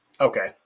Okay